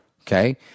Okay